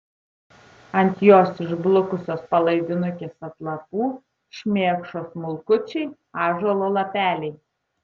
ant jos išblukusios palaidinukės atlapų šmėkšo smulkučiai ąžuolo lapeliai